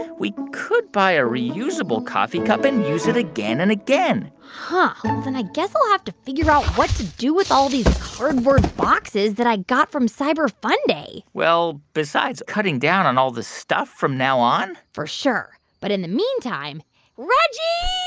we could buy a reusable coffee cup and use it again and again huh. well, then i guess we'll have to figure out what to do with all of these cardboard boxes that i got from cyber funday well, besides cutting down on all of this stuff from now on? for sure. but in the meantime reggie